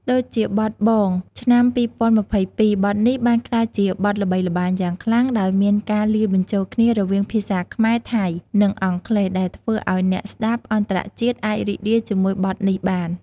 ដូចជា បទ BONG ឆ្នាំ២០២២ បទនេះបានក្លាយជាបទល្បីល្បាញយ៉ាងខ្លាំង ដោយមានការលាយបញ្ចូលគ្នារវាងភាសាខ្មែរ ថៃ និងអង់គ្លេស ដែលធ្វើឱ្យអ្នកស្ដាប់អន្តរជាតិអាចរីករាយជាមួយបទនេះបាន។